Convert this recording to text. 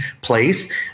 place